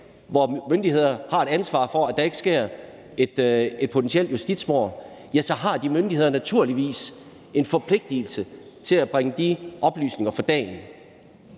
hvor myndighederne har et ansvar for, at der ikke sker et potentielt justitsmord, så har de myndigheder naturligvis en forpligtigelse til at bringe de oplysninger for dagen.